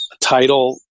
title